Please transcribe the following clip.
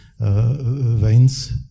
veins